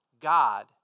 God